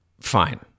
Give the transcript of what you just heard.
Fine